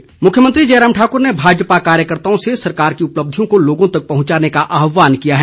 मुख्यमंत्री मुख्यमंत्री जयराम ठाकुर ने भाजपा कार्यकर्त्ताओं से सरकार की उपलब्धियों को लोगों तक पहुंचाने का आहवान किया है